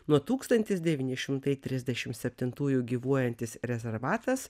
nuo tūkstantis devyni šimtai trisdešim septintųjų gyvuojantis rezervatas